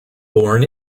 born